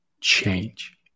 change